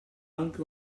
anche